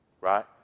Right